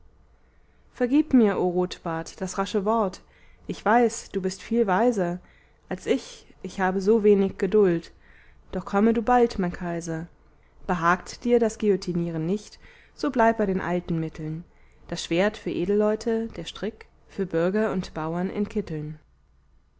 vergib mir o rotbart das rasche wort ich weiß du bist viel weiser als ich ich habe sowenig geduld doch komme du bald mein kaiser behagt dir das guillotinieren nicht so bleib bei den alten mitteln das schwert für edelleute der strick für bürger und bauern in kitteln